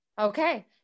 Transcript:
Okay